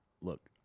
Look